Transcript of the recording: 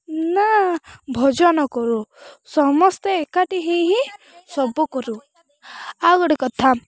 ନା ଭୋଜନ କରୁ ସମସ୍ତେ ଏକାଠି ହୋଇ ହିଁ ସବୁ କରୁ ଆଉ ଗୋଟେ କଥା